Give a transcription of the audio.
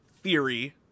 theory